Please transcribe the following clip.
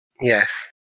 yes